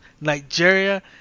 Nigeria